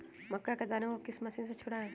मक्का के दानो को किस मशीन से छुड़ाए?